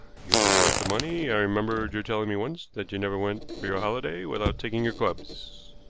useless waste of money. i remembered your telling me once that you never went for your holiday without taking your clubs.